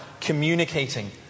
communicating